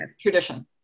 tradition